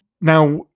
Now